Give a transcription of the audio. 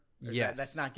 Yes